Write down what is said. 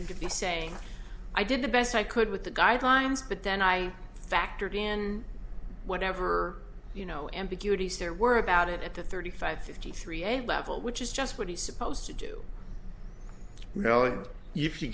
him to be saying i did the best i could with the guidelines but then i factored in whatever you know ambiguities there were about it at the thirty five fifty three a level which is just what he's supposed to do well and if he